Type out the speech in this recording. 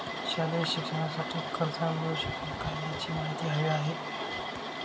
शालेय शिक्षणासाठी कर्ज मिळू शकेल काय? याची माहिती हवी आहे